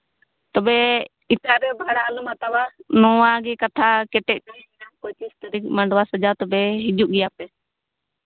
ᱛᱚᱵᱮ ᱮᱴᱟᱜ ᱨᱮ ᱵᱷᱟᱲᱟ ᱟᱞᱚᱢ ᱦᱟᱛᱟᱣᱟ ᱱᱚᱣᱟ ᱜᱮ ᱠᱟᱛᱷᱟ ᱠᱮᱴᱮᱡ ᱛᱟᱦᱮᱭᱮᱱᱟ ᱯᱚᱸᱪᱤᱥ ᱛᱟᱹᱨᱤᱠᱷ ᱢᱟᱰᱣᱟ ᱥᱟᱡᱟᱣ ᱛᱚᱵᱮ ᱦᱤᱡᱩᱜ ᱜᱮᱭᱟ ᱯᱮ